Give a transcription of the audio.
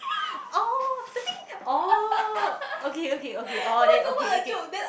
oh the thing oh okay okay okay oh then okay okay